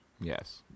Yes